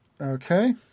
Okay